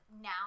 now